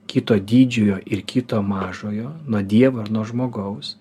kito didžiojo ir kito mažojo nuo dievo ir nuo žmogaus